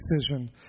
decision